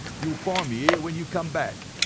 you'll find me here when you come back.